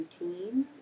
routine